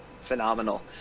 phenomenal